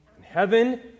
heaven